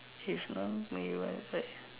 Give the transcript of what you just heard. if